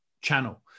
channel